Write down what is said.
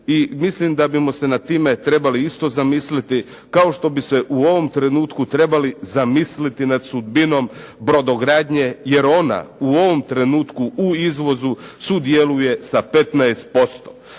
mislim da bismo se nad time trebali isto zamisliti, kao što bi se u ovom trenutku trebali zamisliti nad sudbinom brodogradnje jer ona u ovom trenutku u izvozu sudjeluje sa 15%.